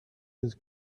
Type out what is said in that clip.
his